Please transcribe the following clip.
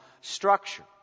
structure